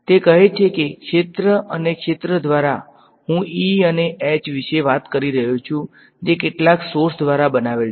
તેથી તે કહે છે કે ક્ષેત્ર અને ક્ષેત્ર દ્વારા હું E અને H વિશે વાત કરી રહ્યો છું જે કેટલાક સોર્સ દ્વારા બનાવેલ છે